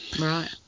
Right